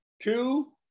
two